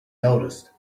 noticed